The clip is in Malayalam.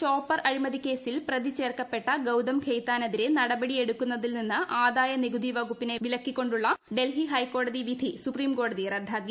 ചോപ്പർ അഴിമതി കേസിൽ പ്രതി ചേർക്കപ്പെട്ട ഗൌതം ഖെയ്ത്താനെതിരെ നടപടിയെടുക്കുന്നതിൽ നിന്ന് ആദായ് നികുതി വകുപ്പിനെ വിലക്കി കൊണ്ടുള്ള ഡൽഹി ഹ്ലൈക്കോടതി വിധി സുപ്രീം കോടതി റദ്ദാക്കി